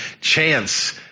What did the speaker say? chance